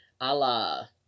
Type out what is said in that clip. Allah